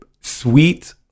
sweet